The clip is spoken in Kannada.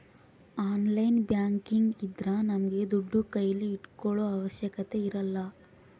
ಆನ್ಲೈನ್ ಬ್ಯಾಂಕಿಂಗ್ ಇದ್ರ ನಮ್ಗೆ ದುಡ್ಡು ಕೈಲಿ ಇಟ್ಕೊಳೋ ಅವಶ್ಯಕತೆ ಇರಲ್ಲ